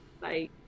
Bye